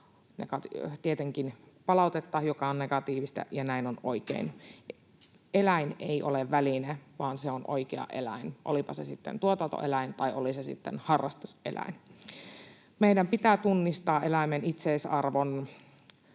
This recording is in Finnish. tietenkin palautetta, joka on negatiivista, ja näin on oikein. Eläin ei ole väline, vaan se on oikea eläin, olipa se sitten tuotantoeläin tai harrastuseläin. Meidän pitää tunnistaa eläimen itseisarvo